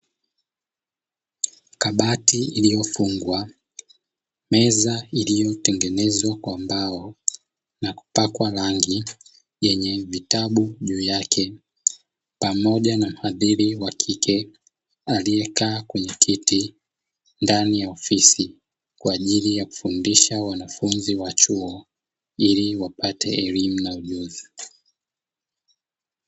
Kabati iliyofungwa, meza ilitengenezwa kwa mbao na kupakwa rangi yenye vitabu juu yake pamoja na hadhiri wakike aliyekaa kwenye kiti ndani ya ofisi kwa ajili ya kufundisha wanafunzi wa chuo ili wapate elimu na ujuzi.